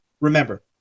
Remember